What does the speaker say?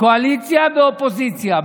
קואליציה ואופוזיציה,